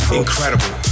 incredible